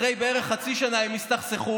אחרי בערך חצי שנה הם הסתכסכו,